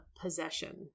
possession